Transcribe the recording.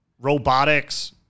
robotics